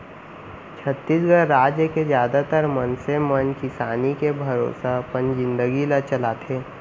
छत्तीसगढ़ राज के जादातर मनसे मन किसानी के भरोसा अपन जिनगी ल चलाथे